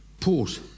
Pause